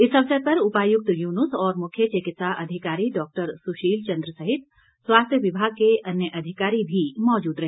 इस अवसर पर उपायुक्त युनूस और मुख्य चिकित्सा अधिकारी डॉ सुशील चंद्र सहित स्वास्थ्य विभाग के अनय अधिकारी भी मौजूद रहे